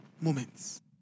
moments